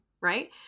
right